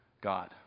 God